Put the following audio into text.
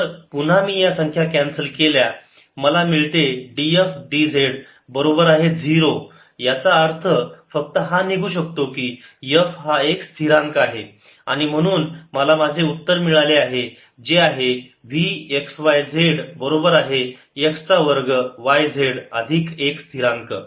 जर पुन्हा मी या संख्या कॅन्सल केल्या मला मिळते df dz बरोबर आहे 0 याचा अर्थ फक्त हा निघू शकतो की F हा एक स्थिरांक आहे आणि म्हणून मला माझे उत्तर मिळाले आहे जे आहे V x y z बरोबर आहे x चा वर्ग y z अधिक एक स्थिरांक